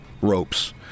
ropes